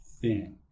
thin